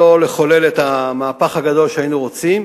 לחולל את המהפך הגדול שהיינו רוצים,